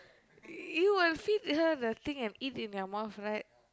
you will feed her the thing and eat in your mouth right